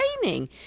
training